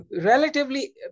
relatively